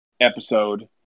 episode